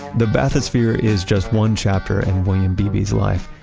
the bathysphere is just one chapter and william beebe's life.